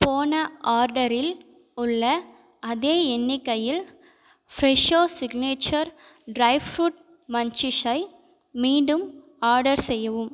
போன ஆர்டரில் உள்ள அதே எண்ணிக்கையில் ஃப்ரெஷோ ஸிக்னேச்சர் ட்ரை ஃப்ரூட் மன்ச்சிஸை மீண்டும் ஆர்டர் செய்யவும்